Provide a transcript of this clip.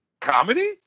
comedy